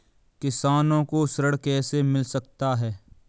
किसानों को ऋण कैसे मिल सकता है?